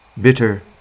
bitter